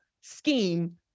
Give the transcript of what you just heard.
Scheme